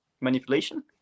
manipulation